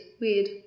weird